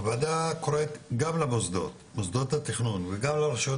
הוועדה קוראת גם למוסדות התכנון וגם לרשויות